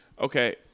okay